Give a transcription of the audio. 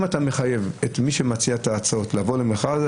אם אתה מחייב את מי שמציע את ההצעות לבוא למכרז,